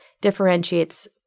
differentiates